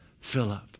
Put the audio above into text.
Philip